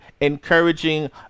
encouraging